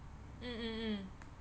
mm mm mm